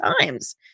times